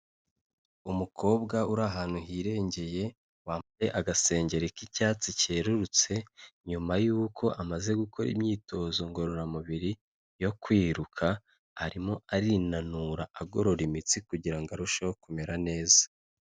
Umukobwa uri ahantu hirengeye wambaye agasengero k'icyatsi cyerurutse nyuma yuko amaze gukora imyitozo ngororamubiri yo kwiruka, arimo arinanura agorora imitsi kugira arusheho kumera neza.